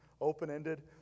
Open-ended